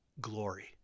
glory